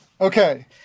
Okay